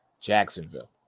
Jacksonville